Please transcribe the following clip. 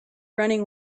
running